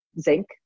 zinc